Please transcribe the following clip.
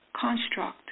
construct